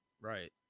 Right